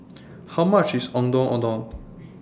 How much IS Ondeh Ondeh